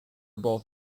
both